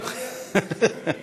חכה, חכה,